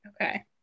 okay